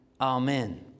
Amen